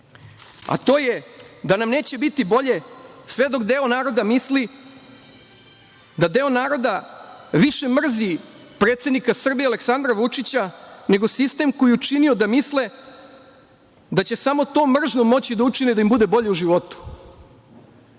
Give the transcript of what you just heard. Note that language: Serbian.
a to je da nam neće biti bolje sve dok deo naroda misli da deo naroda više mrzi predsednika Srbije Aleksandra Vučića, nego sistem koji je učinio da misle da će samo tom mržnjom moći da učine da im bude bolje u životu.